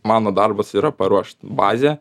mano darbas yra paruošt bazę